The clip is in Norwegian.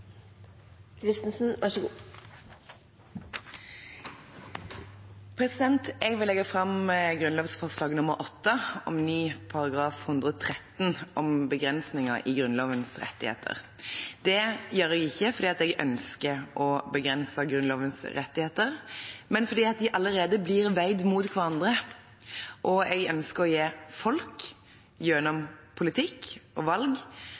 grunnlovsforslag 8, om ny § 113 a, om begrensninger i de grunnlovfestede rettigheter. Det gjør jeg ikke fordi jeg ønsker å begrense de grunnlovfestede rettighetene, men fordi de allerede blir veid mot hverandre, og jeg ønsker å gi folk – gjennom politikk og valg